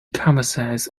canvases